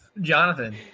Jonathan